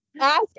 Ask